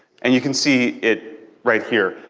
and you can see it right here.